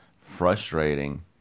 Frustrating